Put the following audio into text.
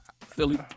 Philly